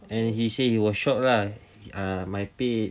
and he said he was shocked ah my pay